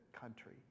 country